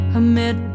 amid